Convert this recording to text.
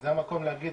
זה המקום להגיד,